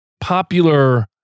popular